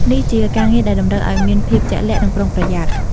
នេះជាការងារដែលតម្រូវឲ្យមានភាពជាក់លាក់ និងប្រុងប្រយ័ត្ន។